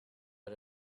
but